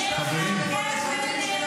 לא בדור הזה,